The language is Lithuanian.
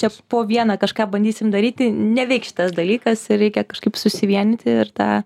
čia po vieną kažką bandysim daryti neveiks šitas dalykas ir reikia kažkaip susivienyti ir tą